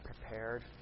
prepared